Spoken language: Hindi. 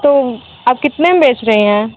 तो आप कितने में बेच रही हैं